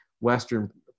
Western